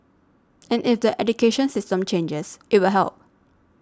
and if the education system changes it will help